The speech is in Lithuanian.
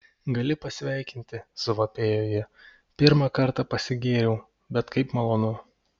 gali pasveikinti suvapėjo ji pirmą kartą pasigėriau bet kaip malonu